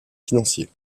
financiers